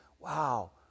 wow